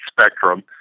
spectrum